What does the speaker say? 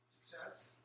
success